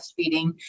breastfeeding